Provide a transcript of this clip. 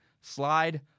Slide